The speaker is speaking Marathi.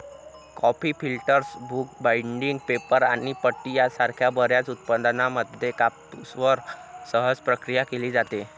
coffee filters, book binding, paper आणि पट्टी यासारख्या बर्याच उत्पादनांमध्ये कापूसवर सहज प्रक्रिया केली जाते